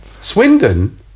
swindon